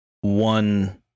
one